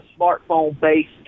smartphone-based